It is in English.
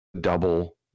double